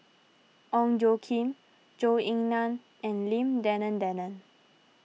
Ong Tjoe Kim Zhou Ying Nan and Lim Denan Denon